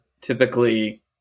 typically